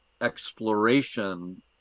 exploration